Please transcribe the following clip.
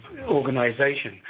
organization